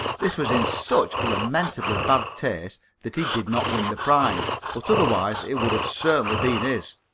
this was in such lamentably bad taste that he did not win the prize, but otherwise it would have certainly been his.